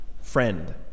friend